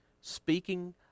speaking